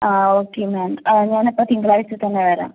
ആ okay ma'am ആ ഞാനപ്പോൾ തിങ്കളാഴ്ച തന്നെ വരാം